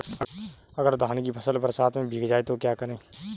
अगर धान की फसल बरसात में भीग जाए तो क्या करें?